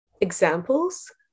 examples